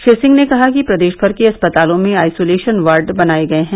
श्री सिंह ने कहा कि प्रदेश भर के अस्पतालों में आइसोलेशन वार्ड बनाए गए हैं